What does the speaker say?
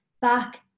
back